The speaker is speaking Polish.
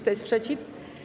Kto jest przeciw?